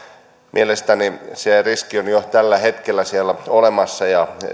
mielestäni se riski on jo tällä hetkellä siellä olemassa ja